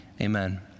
Amen